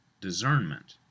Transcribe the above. discernment